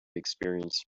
experienced